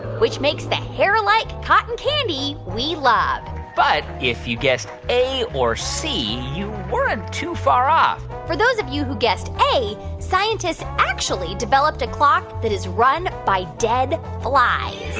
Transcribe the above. which makes the hair-like cotton candy we love but if you guessed a or c, you weren't too far off for those of you who guessed a, scientists actually developed a clock that is run by dead flies